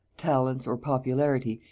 talents, or popularity,